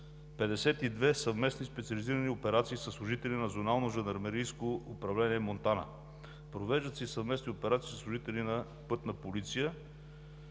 52 съвместни специализирани операции със служители на Зонално жандармерийско управление – Монтана. Провеждат се и съвместни операции със служители на „Пътна полиция“,